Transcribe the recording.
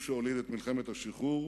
הוא שהוליד את מלחמת השחרור